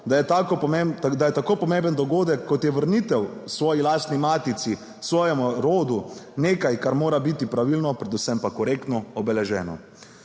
da je tako pomemben dogodek, kot je vrnitev k svoji lastni matici, svojemu rodu, nekaj, kar mora biti pravilno, predvsem pa korektno obeleženo.